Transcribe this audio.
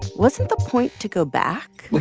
wasn't the point to go back?